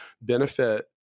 benefit